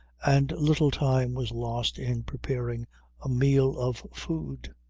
and little time was lost in preparing a meal of food.